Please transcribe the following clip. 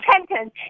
repentance